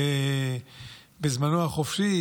שבזמנו החופשי,